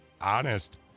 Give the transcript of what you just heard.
honest